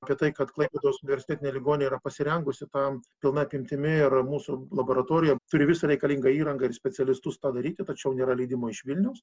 apie tai kad klaipėdos universitetinė ligoninė yra pasirengusi tam pilna apimtimi ir mūsų laboratorija turi visą reikalingą įrangą ir specialistus tą daryti tačiau nėra leidimo iš vilniaus